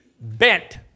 bent